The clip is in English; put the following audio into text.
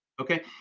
Okay